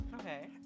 Okay